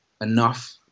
enough